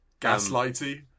Gaslighty